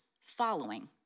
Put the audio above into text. following